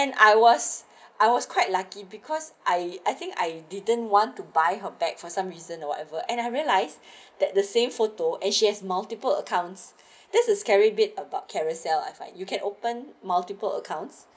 and I was I was quite lucky because I I think I didn't want to buy her bag for some reason or whatever and I realized that the same photo and she has multiple accounts this is scary bit about Carousell I find you can open multiple accounts